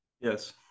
Yes